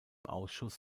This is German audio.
ausschuss